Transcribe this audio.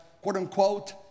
quote-unquote